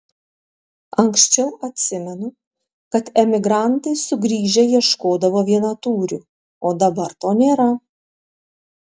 anksčiau atsimenu kad emigrantai sugrįžę ieškodavo vienatūrių o dabar to nėra